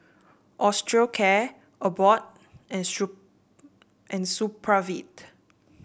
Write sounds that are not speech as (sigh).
Osteocare Abbott and (unintelligible) Supravit